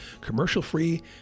commercial-free